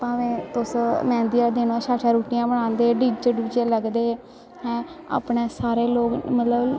भामें तुस मैंह्दी आह्ला दिन होऐ शैल शैल रुट्टियां बनांदे डी जे डू जे लगदे हैं अपने सारे लोक मतलब